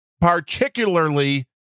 particularly